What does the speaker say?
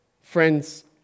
Friends